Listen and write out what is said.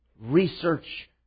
research